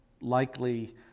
likely